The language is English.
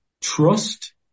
trust